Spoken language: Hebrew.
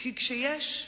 השר איתן,